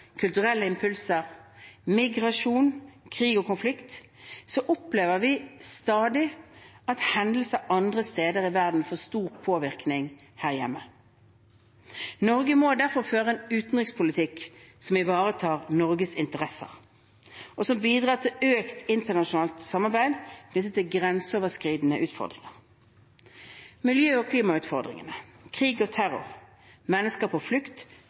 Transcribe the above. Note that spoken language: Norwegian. kulturelle impulser, migrasjon, krig og konflikt opplever vi stadig at hendelser andre steder i verden får store påvirkninger her hjemme. Norge må derfor føre en utenrikspolitikk som ivaretar Norges interesser, og som bidrar til økt internasjonalt samarbeid knyttet til grenseoverskridende utfordringer. Miljø- og klimautfordringer, krig og terror, mennesker på flukt,